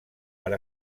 per